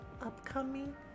upcoming